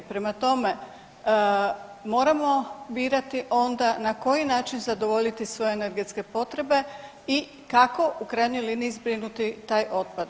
Prema tome moramo birati onda na koji način zadovoljiti svoje energetske potrebe i kako u krajnjoj liniji zbrinuti taj otpad.